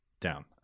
down